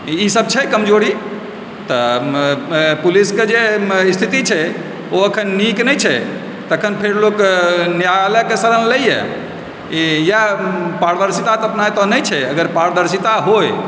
ई सब छै कमजोरी तऽ पुलिसके जे स्थिति छै ओ एखन नीक नहि छै तखन फेर लोक न्यायालयके शरण लैए इएह पारदर्शिता तऽ अपना ओतऽ नहि छै अगर पारदर्शिता होइ